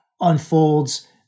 unfolds